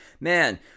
man